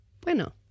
Bueno